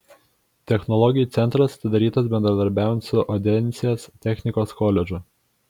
technologijų centras atidarytas bendradarbiaujant su odensės technikos koledžu